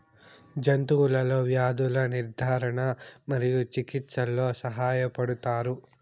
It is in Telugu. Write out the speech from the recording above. జంతువులలో వ్యాధుల నిర్ధారణ మరియు చికిత్చలో సహాయపడుతారు